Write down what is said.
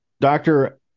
doctor